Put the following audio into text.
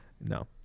No